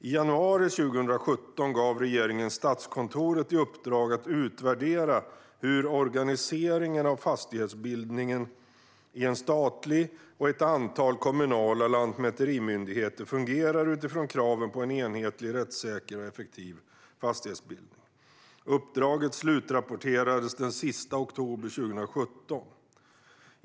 I januari 2017 gav regeringen Statskontoret i uppdrag att utvärdera hur organiseringen av fastighetsbildningen i en statlig lantmäterimyndighet och ett antal kommunala lantmäterimyndigheter fungerar utifrån kraven på en enhetlig, rättssäker och effektiv fastighetsbildning. Uppdraget slutrapporterades den sista oktober 2017.